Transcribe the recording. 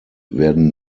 werden